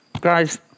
guys